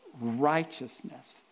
righteousness